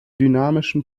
dynamischen